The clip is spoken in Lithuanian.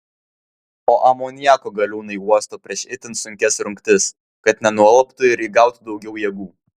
o amoniako galiūnai uosto prieš itin sunkias rungtis kad nenualptų ir įgautų daugiau jėgų